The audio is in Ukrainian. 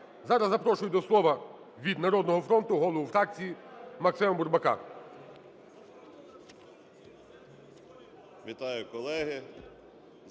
Зараз запрошую до слова від "Народного фронту" голову фракції Максима Бурбака.